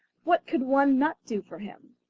what could one nut do for him?